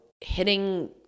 hitting